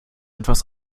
etwas